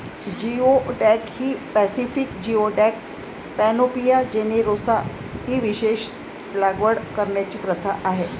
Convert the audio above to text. geoduck ही Pacific geoduck, Panopea generosa ही विशेषत लागवड करण्याची प्रथा आहे